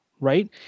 right